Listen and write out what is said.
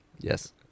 Yes